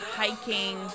hiking